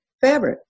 fabric